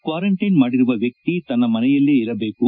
quarantine ಮಾಡಿರುವ ವ್ಯಕ್ತಿ ತನ್ನ ಮನೆಯಲ್ಲೇ ಇರಬೇಕು